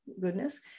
goodness